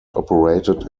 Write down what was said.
operated